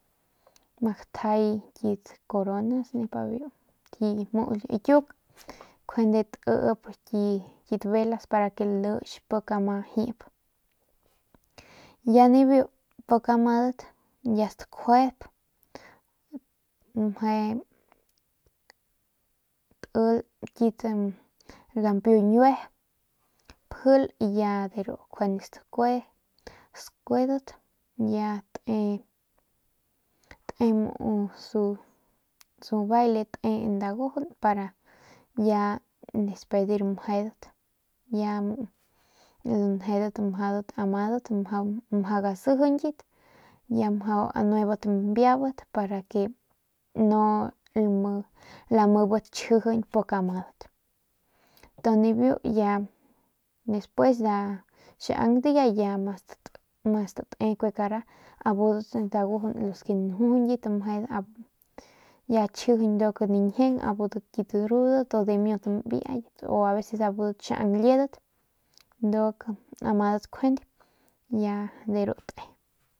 Ma gatjay kit coronas y muu kiung njuande ma gatip kit velas para nlich pik nma jiep y ya nibiu pik amadat y ya stakjuep meje datil ru gamiu ñue pjil y ya de ru stakue skuedat ya te te muu su su baile en dagujun ya para despedir mejedat ya mejedat amadat ya mjau gasijiñit ya mjau nuebat mbiabat para que nu namibat chjijiñ pik amadat y ya nibiu xiau dia ya ma state ya kue kara budat dagujun los ke nanjujuñit meje nau ya chjijiñ nduk nañjieng abudat kit drudat u dimiut mbiayat o aveces budat xiau liedat nduk amadat njuande ya de ru te.